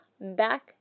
back